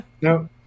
No